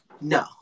no